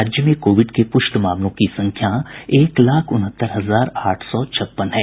राज्य में कोविड के प्रष्ट मामलों की संख्या एक लाख उनहत्तर हजार आठ सौ छप्पन है